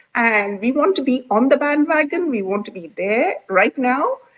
and we want to be on the bandwagon. we want to be there right now.